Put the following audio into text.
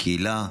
הקהילה,